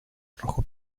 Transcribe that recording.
rojo